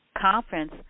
conference